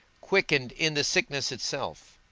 quickened in the sickness itself,